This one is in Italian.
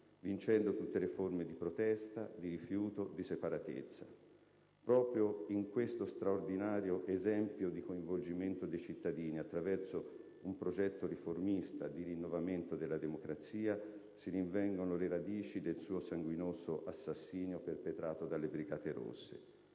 vincendo tutte le forme di protesta, di rifiuto, di separatezza. Proprio in questo straordinario esempio di coinvolgimento dei cittadini, attraverso un progetto riformista di rinnovamento della democrazia, si rinvengono le radici del suo sanguinoso assassinio, perpetrato dalle Brigate rosse.